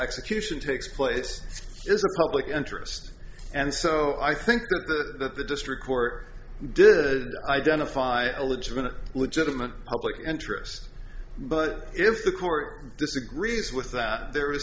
execution takes place is a public interest and so i think that the district court did identify a legitimate legitimate public interest but if the court disagrees with that there is